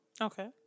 Okay